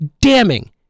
damning